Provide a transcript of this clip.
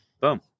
boom